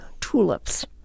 tulips